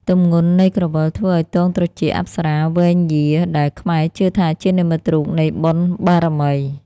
ទម្ងន់នៃក្រវិលធ្វើឱ្យទងត្រចៀកអប្សរាវែងយារ ដែលខ្មែរជឿថាជានិមិត្តរូបនៃបុណ្យបារមី។